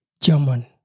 German